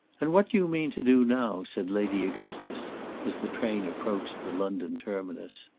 and what do you mean to do now? said lady augustus as the train approached the london terminus.